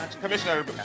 Commissioner